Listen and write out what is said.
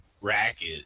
racket